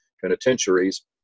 penitentiaries